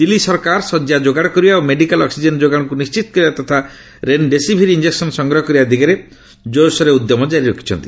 ଦିଲ୍ଲୀ ସରକାର ଶଯ୍ୟା ଯୋଗାଡ଼ କରିବା ଓ ମେଡିକାଲ୍ ଅକ୍ପିଜେନ୍ ଯୋଗାଣକୁ ନିଶ୍ଚିତ କରିବା ତଥା ରେନ୍ଡେସିଭିର୍ ଇଞ୍ଜକ୍ସନ୍ ସଂଗ୍ହ କରିବା ଦିଗରେ ଜୋର୍ସୋରରେ ଉଦ୍ୟମ ଜାରି ରଖିଛନ୍ତି